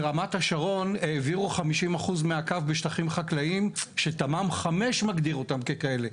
ברמת השרון העבירו 50% מהקו בשטחים חקלאיים שתמ"מ 5 מגדיר אותם ככאלה.